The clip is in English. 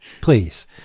Please